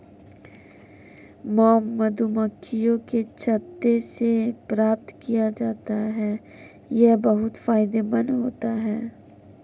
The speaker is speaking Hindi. मॉम मधुमक्खियों के छत्ते से प्राप्त किया जाता है यह बहुत फायदेमंद होता है